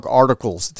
articles